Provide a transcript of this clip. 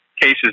cases